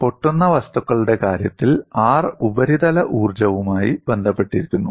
പൊട്ടുന്ന വസ്തുക്കളുടെ കാര്യത്തിൽ R ഉപരിതല ഊർജ്ജവുമായി ബന്ധപ്പെട്ടിരിക്കുന്നു